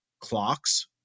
clocks